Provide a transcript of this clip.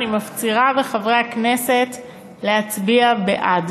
אני מפצירה בחברי הכנסת להצביע בעד.